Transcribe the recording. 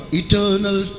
eternal